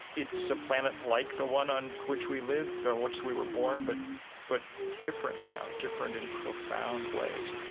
it's a planet like the one on which we lived, on which we were born, but but different now different in profound ways.